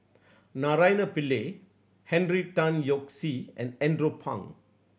Naraina Pillai Henry Tan Yoke See and Andrew Phang